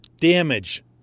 damage